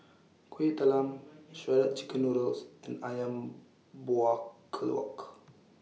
Kuih Talam Shredded Chicken Noodles and Ayam Buah Keluak